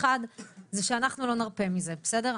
אחד זה שאנחנו לא נרפה מזה, בסדר?